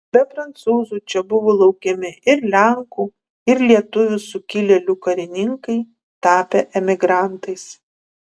be prancūzų čia buvo laukiami ir lenkų ir lietuvių sukilėlių karininkai tapę emigrantais